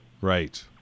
Right